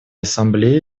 ассамблеи